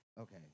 okay